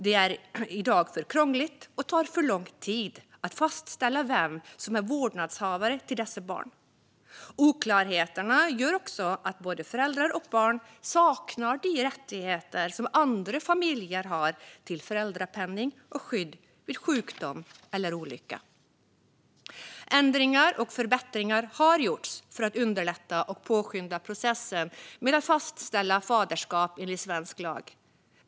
Det är i dag för krångligt och tar för lång tid att fastställa vem som är vårdnadshavare till dessa barn. Oklarheterna gör också att både föräldrar och barn saknar de rättigheter som andra familjer har till föräldrapenning och skydd vid sjukdom eller olycka. Ändringar och förbättringar har gjorts för att underlätta och påskynda processen med att fastställa faderskap enligt svensk lag.